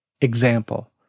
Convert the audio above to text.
Example